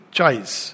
choice